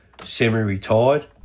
semi-retired